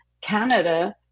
Canada